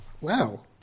wow